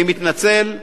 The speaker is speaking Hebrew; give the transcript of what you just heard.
אני מתנצל.